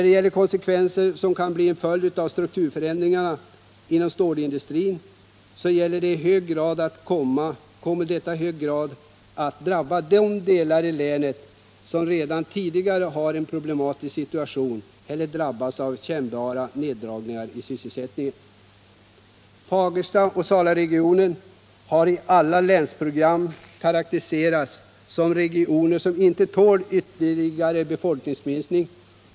De konsekvenser som kan bli en följd av strukturförändringar inom stålindustrin kan i hög grad komma att drabba de delar av länet som redan tidigare har en problematisk situation eller som har drabbats av kännbara neddragningar i sysselsättningen. Fagerstaoch Salaregionerna har i alla länsprogram karakteriserats som regioner som inte tål ytterligare befolkningsminskning.